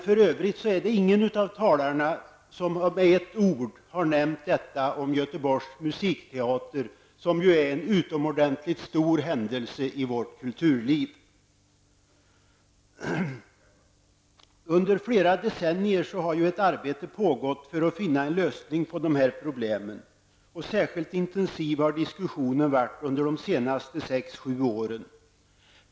För övrigt är det ingen av talarna som med ett ord har nämnt Göteborgs musikteater, som är en utomordentligt stor händelse i vårt kulturliv. Under flera decennier har ett arbete pågått för att finna en lösning på dessa problem. Särskilt intensiv har diskussionen varit under de senaste sex sju åren.